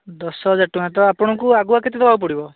ଦଶ ହଜାର ଟଙ୍କା ତ ଆପଣଙ୍କୁ ଆଗୁଆ କେତେ ଦେବାକୁ ପଡ଼ିବ